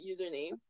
username